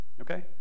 Okay